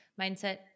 Mindset